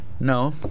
No